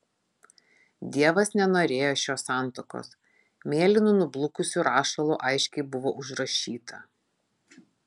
dievas nenorėjo šios santuokos mėlynu nublukusiu rašalu aiškiai buvo užrašyta